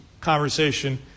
conversation